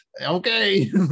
okay